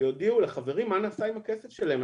שיודיעו לחברים מה נעשה עם הכסף שלהם.